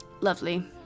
Lovely